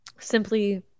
simply